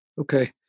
Okay